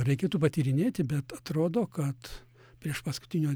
reikėtų patyrinėti bet atrodo kad priešpaskutinio